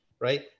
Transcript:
right